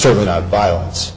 certainly not violence